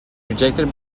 rejected